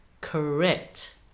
correct